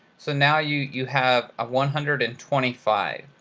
so now you you have one hundred and twenty five.